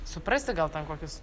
suprasi gal ten kokius